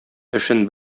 эшен